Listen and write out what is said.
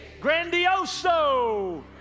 Grandioso